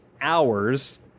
hours